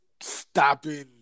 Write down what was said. stopping